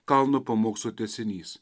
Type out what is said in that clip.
kalno pamokslo tęsinys